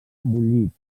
bullit